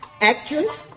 Actress